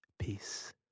Peace